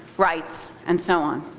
rights, and so on.